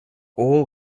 all